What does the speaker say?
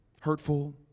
hurtful